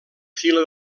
fila